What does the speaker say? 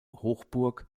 hochburg